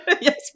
Yes